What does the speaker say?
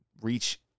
Reach